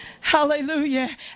Hallelujah